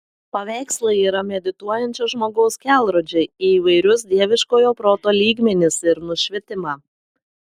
paveikslai yra medituojančio žmogaus kelrodžiai į įvairius dieviškojo proto lygmenis ir nušvitimą